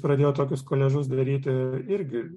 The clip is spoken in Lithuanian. pradėjo tokius koliažus daryti irgi